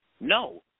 No